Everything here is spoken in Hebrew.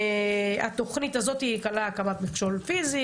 התוכנית הזאת כללה הקמת מכשול פיזי,